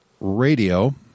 radio